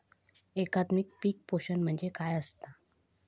एकात्मिक पीक पोषण म्हणजे काय असतां?